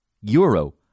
euro